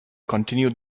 continue